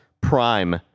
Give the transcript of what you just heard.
Prime